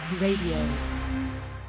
Radio